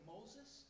Moses